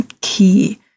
key